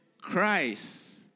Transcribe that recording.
Christ